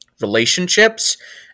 relationships